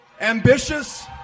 ambitious